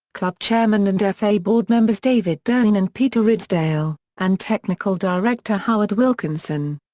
club chairmen and fa board members david dein and peter ridsdale, and technical director howard wilkinson.